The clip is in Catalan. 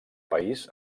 país